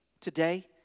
today